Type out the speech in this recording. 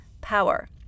power